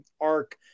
arc